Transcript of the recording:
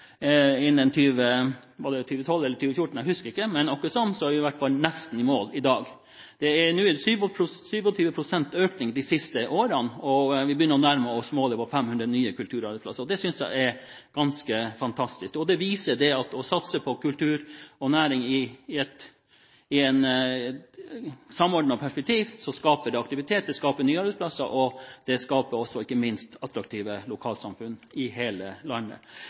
innen 2012, eller var det 2014 – jeg husker ikke – men åkkesom er dagens nyhet fra Finnmark at vi nesten er i mål. Det er 27 pst. økning de siste årene, og vi begynner å nærme oss målet på 500 nye kulturarbeidsplasser. Det synes jeg er ganske fantastisk. Det viser at det å satse på kultur og næring i et samordnet perspektiv, skaper aktivitet, det skaper nye arbeidsplasser, og det skaper ikke minst attraktive lokalsamfunn i hele landet.